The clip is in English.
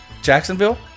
Jacksonville